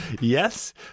yes